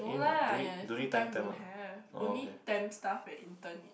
no lah ya full time don't have only temp staff and intern need